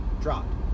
dropped